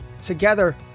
Together